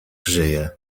żyje